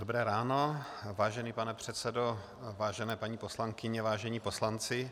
Dobré ráno, vážený pane předsedo, vážené paní poslankyně, vážení poslanci.